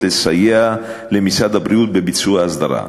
לסייע למשרד הבריאות בביצוע האסדרה.